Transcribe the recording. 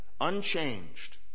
unchanged